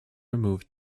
removed